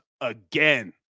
again